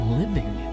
living